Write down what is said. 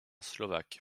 slovaque